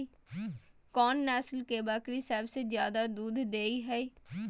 कोन नस्ल के बकरी सबसे ज्यादा दूध दय हय?